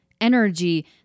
energy